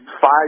five